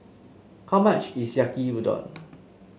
how much is Yaki Udon